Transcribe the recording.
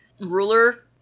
Ruler